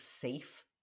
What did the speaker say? safe